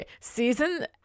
season